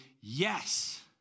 yes